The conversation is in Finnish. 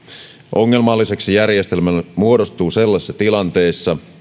ongelmalliseksi järjestelmä muodostuu sellaisissa tilanteissa